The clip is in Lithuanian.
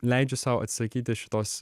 leidžiu sau atsisakyti šitos